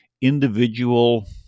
individual